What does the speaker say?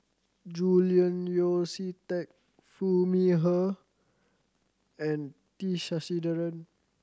Julian Yeo See Teck Foo Mee Har and T Sasitharan